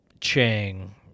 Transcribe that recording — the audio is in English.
chang